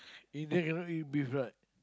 Indian cannot eat beef right